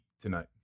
tonight